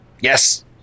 Yes